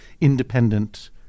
independent